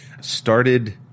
started